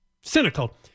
cynical